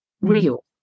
real